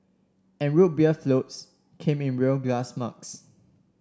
and Root Beer floats came in real glass mugs